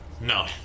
No